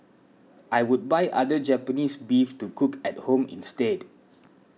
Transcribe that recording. I would buy other Japanese beef to cook at home instead